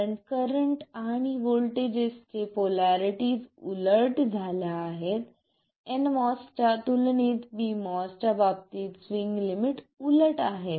कारण करंट आणि व्होल्टेजेस चे पोलरिटी उलट झाल्या आहेत nMOS च्या तुलनेत pMOS च्या बाबतीत स्विंग लिमिट उलट आहेत